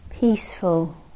Peaceful